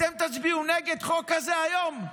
אתם תצביעו נגד חוק כזה היום,